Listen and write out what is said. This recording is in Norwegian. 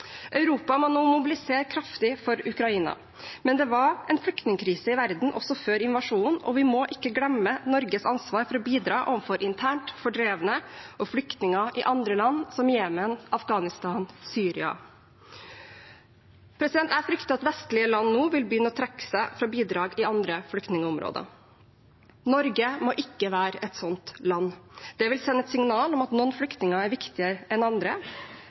Europa må nå mobilisere kraftig for Ukraina, men det var en flyktningkrise i verden også før invasjonen, og vi må ikke glemme Norges ansvar for å bidra overfor internt fordrevne og flyktninger i andre land, som Jemen, Afghanistan og Syria. Jeg frykter at vestlige land nå vil begynne å trekke seg fra bidrag i andre flyktningeområder. Norge må ikke være et sånt land. Det vil sende et signal om at noen flyktninger er viktigere enn andre,